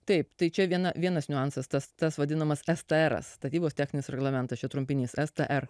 taip tai čia viena vienas niuansas tas tas vadinamas statybos techninis reglamentas čia trumpinys str